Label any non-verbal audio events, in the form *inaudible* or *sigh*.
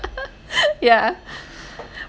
*laughs* yeah *laughs*